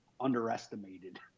underestimated